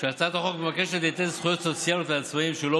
שהצעת החוק מבקשת ליתן זכויות סוציאליות לעצמאים שלא